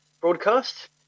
broadcast